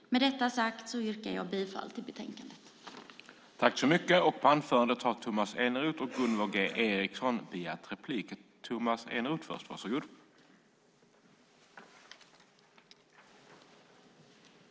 Med detta sagt yrkar jag bifall till utskottets förslag.